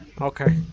Okay